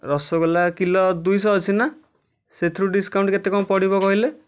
rasgulla kilo ଦୁଇଶହ ଅଛି ନା ସେଥିରୁ ଡ଼ିସ୍କାଉଣ୍ଟ୍ କେତେ କ'ଣ ପଡ଼ିବ କହିଲେ